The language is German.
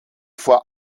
vor